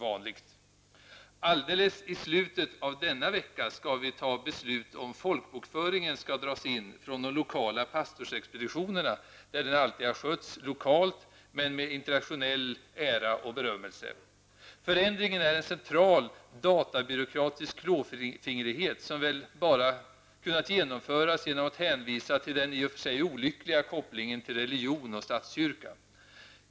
Alldeles i slutet av denna vecka skall vi fatta beslut om folkbokföringen skall dras in från de lokala pastorsexpeditioner där den alltid har skötts, lokalt men med internationell ära och berömmelse. Förändringen är en central databyråkratisk klåfingrighet som väl bara kunnat genomföras genom att hänvisa till den i och för sig olyckliga kopplingen till religion och statskyrka.